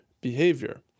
behavior